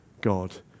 God